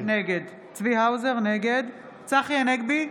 נגד צחי הנגבי,